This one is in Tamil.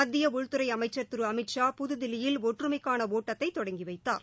மத்திய உள்துறை அமைச்சர் திரு அமித் ஷா புதுதில்லியில் ஒற்றமைக்கான ஒட்டத்தை தொடங்கி வைத்தார்